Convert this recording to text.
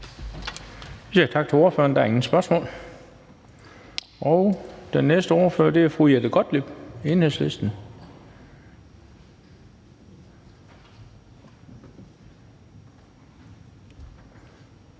Tak til ordføreren. Der er ingen spørgsmål. Og den næste ordfører er fru Jette Gottlieb, Enhedslisten.